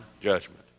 judgment